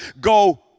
go